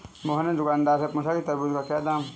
मोहन ने दुकानदार से पूछा कि तरबूज़ का क्या दाम है?